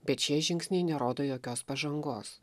bet šie žingsniai nerodo jokios pažangos